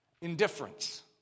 Indifference